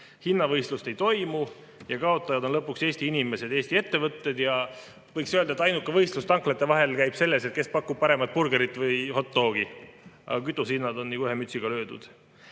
hinnavõistlust ei toimu ning kaotajad on lõpuks Eesti inimesed ja Eesti ettevõtted. Võiks öelda, et ainuke võistlus tanklate vahel käib selles, kes pakub paremat burgerit võihot dog'i, aga kütusehinnad on nagu ühe mütsiga löödud. Sama